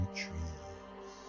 trees